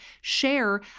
share